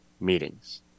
meetings